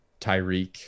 Tyreek